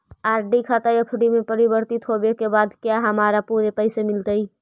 RD खाता FD में परिवर्तित होवे के बाद क्या हमारा पूरे पैसे मिलतई